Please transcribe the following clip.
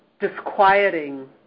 disquieting